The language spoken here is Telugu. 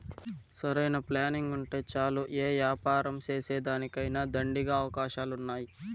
సరైన ప్లానింగుంటే చాలు యే యాపారం సేసేదానికైనా దండిగా అవకాశాలున్నాయి